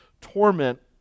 torment